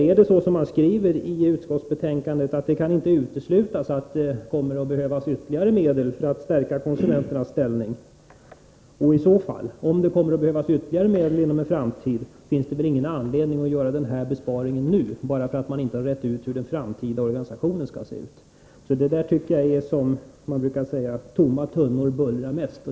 Är det som man skriver i utskottsbetänkandet att det inte kan uteslutas att ytterligare medel kommer att behövas för att stärka konsumenternas ställning? I så fall, om det kommer att behövas ytterligare medel i en framtid, finns det väl ingen anledning att göra denna besparing nu bara för att man inte har rett ut hur den framtida organisationen skall se ut. Man brukar säga att tomma tunnor bullrar mest.